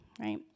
right